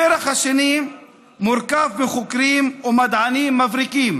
הפרח השני מורכב מחוקרים ומדענים מבריקים